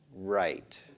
right